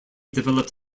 developed